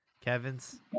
Kevin's